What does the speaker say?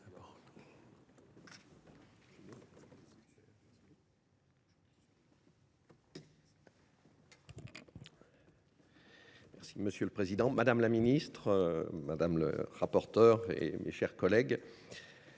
Monsieur le président, madame la ministre, madame la rapporteure, mes chers collègues,